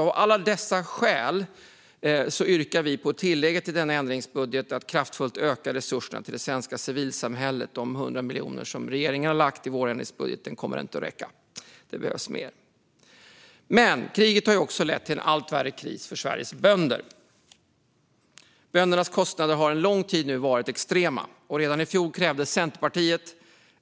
Av alla dessa skäl har vi lagt fram ett yrkande om ett tillägg till denna ändringsbudget, nämligen att kraftfullt öka resurserna till det svenska civilsamhället. De 100 miljoner kronor som regeringen har lagt fram i vårändringsbudgeten kommer inte att räcka. Det behövs mer. Men kriget har också lett till en allt värre kris för Sveriges bönder. Böndernas kostnader har under en lång tid varit extrema. Redan i fjol krävde Centerpartiet